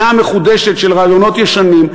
טחינה מחודשת של רעיונות ישנים.